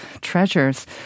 treasures